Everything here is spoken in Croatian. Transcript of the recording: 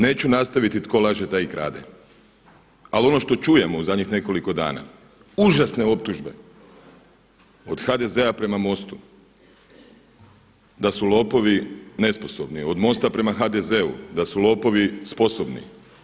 Neću nastaviti tko laže taj i krade ali ono što čujemo u zadnjih nekoliko dana, užasne optužbe od HDZ-a prema MOST-u da su lopovi nesposobni, od MOST-a prema HDZ-u, da su lopovi sposobni.